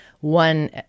one